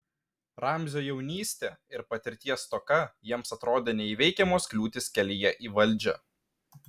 ramzio jaunystė ir patirties stoka jiems atrodė neįveikiamos kliūtys kelyje į valdžią